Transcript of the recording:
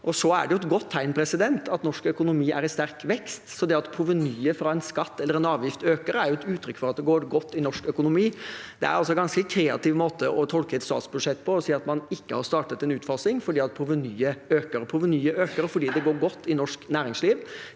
Det er et godt tegn at norsk økonomi er i sterk vekst, så det at provenyet fra en skatt eller en avgift øker, er jo et uttrykk for at det går godt i norsk økonomi. Det er også en ganske kreativ måte å tolke et statsbudsjett på å si at man ikke har startet en utfasing fordi provenyet øker. Provenyet øker fordi det går godt i norsk næringsliv.